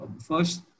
first